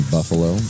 Buffalo